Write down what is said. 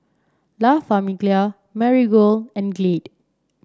La Famiglia Marigold and Glade